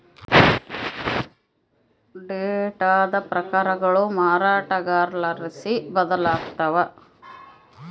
ಡೇಟಾದ ಪ್ರಕಾರಗಳು ಮಾರಾಟಗಾರರ್ಲಾಸಿ ಬದಲಾಗ್ತವ